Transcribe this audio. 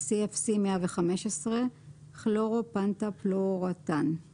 CFC-115 - כלורו-פנטאפלואורואתן;